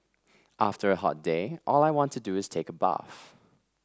after a hot day all I want to do is take a bath